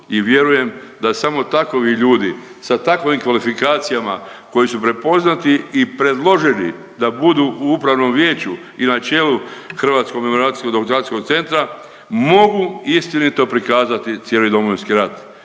I vjerujem da samo takovi ljudi sa takvim kvalifikacijama koji su prepoznati i predloženi da budu u upravnom vijeću i na čelu Hrvatsko memoracijsko dokumentacijskog centra mogu istinito prikazati cijeli Domovinski rat.